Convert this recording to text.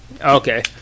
Okay